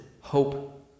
hope